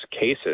cases